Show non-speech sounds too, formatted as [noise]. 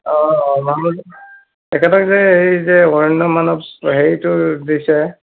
অঁ অঁ অঁ [unintelligible] তেখেতক যে হেৰি যে অৰণ্য মানৱ হেৰিটো দিছে